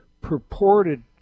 purported